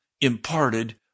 imparted